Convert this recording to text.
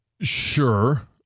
Sure